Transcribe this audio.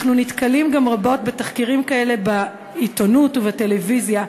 אנחנו נתקלים גם רבות בתחקירים כאלה בעיתונות ובטלוויזיה.